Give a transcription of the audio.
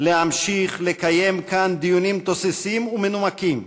להמשיך לקיים כאן דיונים תוססים ומנומקים.